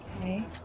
Okay